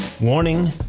Warning